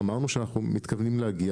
אמרנו שאנחנו מתכוונים להגיע.